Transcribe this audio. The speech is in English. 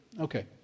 Okay